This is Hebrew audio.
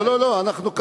אני אומר שכן.